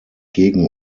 gegen